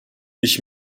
ich